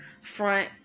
front